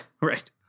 right